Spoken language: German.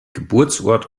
geburtsort